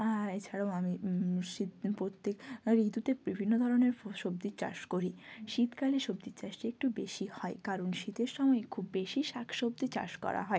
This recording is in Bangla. আ এছাড়াও আমি শীত প্রত্যেক ঋতুতে বিভিন্ন ধরনের ফ সবজির চাষ করি শীতকালে সবজির চাষটা একটু বেশি হয় কারণ শীতের সময় খুব বেশি শাক সবজি চাষ করা হয়